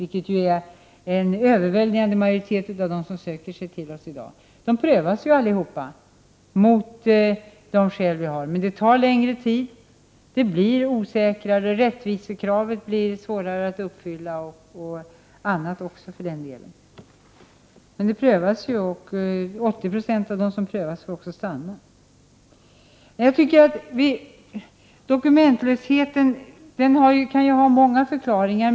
Det är en överväldigande majoritet av de som söker sig till Sverige i dag. Men det tar längre tid, och det blir osäkrare. Rättvisekravet blir svårare att uppfylla osv. 80 90 av de som prövas får stanna. Dokumentlösheten kan ha många förklaringar.